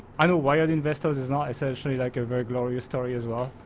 i know why our investors is not essentially like a very glorious story as well,